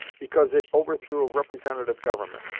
because it overthrew a representative government.